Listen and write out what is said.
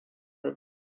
river